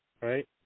right